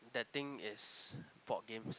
that thing is board games